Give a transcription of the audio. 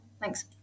Thanks